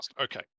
Okay